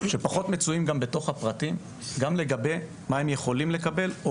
שפחות מצויים בפרטים לגבי מה הם יכולים לקבל או